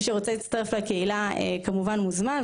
מי שרוצה להצטרף לקהילה, כמובן מוזמן.